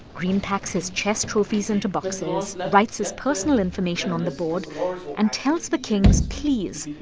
greene packs his chess trophies into boxes, writes his personal information on the board and tells the kings please,